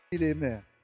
Amen